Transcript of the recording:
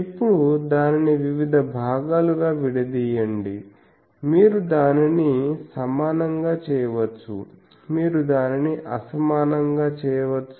ఇప్పుడు దానిని వివిధ భాగాలుగా విడదీయండి మీరు దానిని సమానంగా చేయవచ్చు మీరు దానిని అసమానంగా చేయవచ్చు